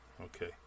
Okay